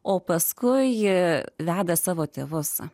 o paskui jie veda savo tėvus